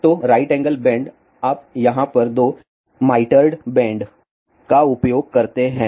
तो right angle bend आप यहाँ पर दो माईटर्ड बेंड का उपयोग करते हैं